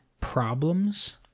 problems